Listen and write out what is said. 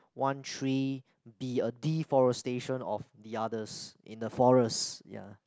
one tree be a deforestation of the others in the forest ya